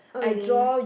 oh really